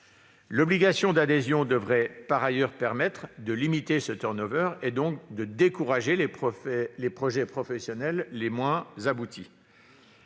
L'obligation d'adhésion devrait par ailleurs permettre de limiter le turnover et de décourager les projets professionnels les moins aboutis.